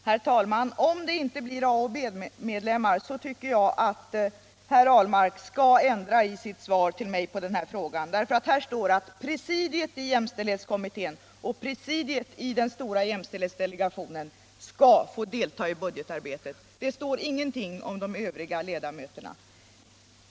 Herr talman! Om det inte blir A och B-medlemmar, så tycker jag att herr Ahlmark skall ändra i sitt svar till mig på den här frågan. I svaret står ju att presidiet i jämställdhetskommittén och presidiet i den stora jämställdhetsdelegationen skall få delta i budgetarbetet. Det står ingenting om de övriga ledamöterna.